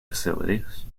facilities